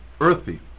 earthy